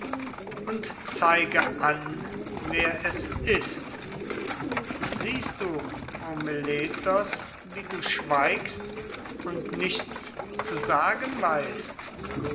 und zeige an wer es ist siehst du o meletos wie du schweigst und nichts zu sagen weißt